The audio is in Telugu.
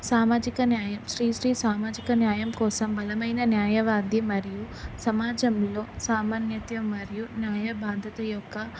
సామాజిక న్యాయం శ్రీ శ్రీ సామాజిక న్యాయం కోసం బలమైన న్యాయవాది మరియు సమాజంలో సామాన్యత మరియు న్యాయ బాధ్యత యొక్క